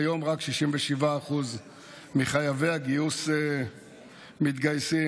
כיום רק 67% מחייבי הגיוס מתגייסים.